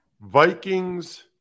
Vikings